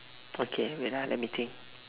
okay wait ah let me think